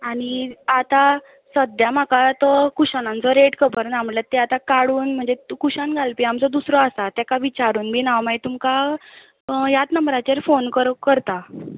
आनी आतां सद्याक म्हाका तो कुशनाचो रेट खबर ना म्हणल्यार तें आतां काडून म्हणजे कुशन घालपी आमचो दुसरो आसा ताका विचारून बी हांव मागीर तुमकां ह्याच नंबराचेर फोन कर करतां